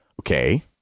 okay